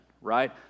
right